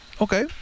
Okay